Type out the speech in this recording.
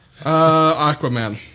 Aquaman